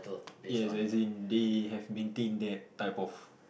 yes as in they have maintained their type off